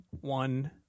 one